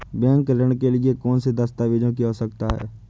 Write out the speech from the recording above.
Bank ऋण के लिए कौन से दस्तावेजों की आवश्यकता है?